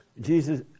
Jesus